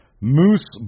Moose